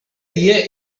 dia